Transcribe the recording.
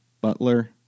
butler